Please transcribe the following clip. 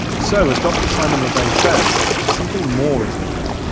so as dr simon levay says, something more is needed.